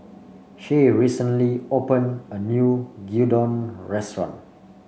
shay recently opened a new Gyudon restaurant